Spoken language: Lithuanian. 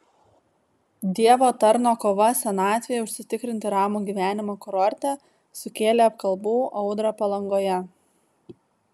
dievo tarno kova senatvei užsitikrinti ramų gyvenimą kurorte sukėlė apkalbų audrą palangoje